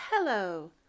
Hello